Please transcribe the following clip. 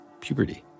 puberty